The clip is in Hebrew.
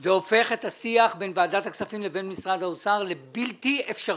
זה הופך את השיח בין הכספים לבין משרד האוצר לבלתי אפשרי.